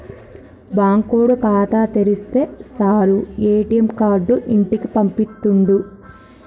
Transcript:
బాంకోడు ఖాతా తెరిస్తె సాలు ఏ.టి.ఎమ్ కార్డు ఇంటికి పంపిత్తుండు